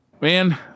man